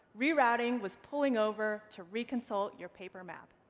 rerouting was pulling over to reconsult your paper map.